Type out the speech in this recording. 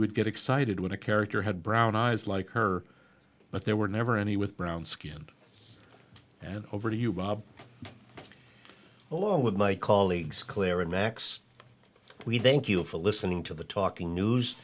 would get excited when a character had brown eyes like her but there were never any with brown skinned and over to you bob along with my colleagues claire and max we thank you for listening to the talking news